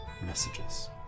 messages